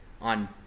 on